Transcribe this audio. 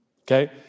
Okay